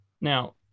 now